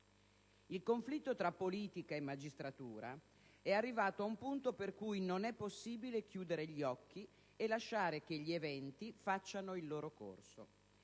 Il conflitto tra politica e magistratura è arrivato a un punto per cui non è possibile chiudere gli occhi e lasciare che gli eventi facciano il loro corso.